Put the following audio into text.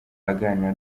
aganira